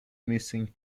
missing